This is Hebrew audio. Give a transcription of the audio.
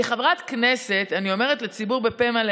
כחברת כנסת אני אומרת לציבור בפה מלא